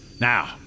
Now